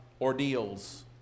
ordeals